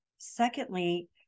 Secondly